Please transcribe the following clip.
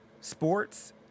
sports